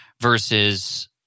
versus